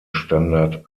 standard